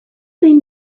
zein